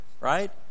right